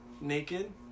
naked